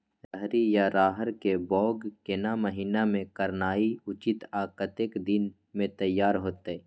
रहरि या रहर के बौग केना महीना में करनाई उचित आ कतेक दिन में तैयार होतय?